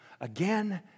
again